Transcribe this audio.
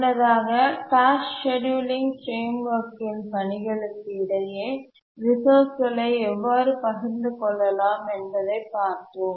முன்னதாக task scheduling framework இன் பணிகளுக்கு இடையே ரிசோர்ஸ்களை எவ்வாறு பகிர்ந்து கொள்ளலாம் என்பதை பார்த்தோம்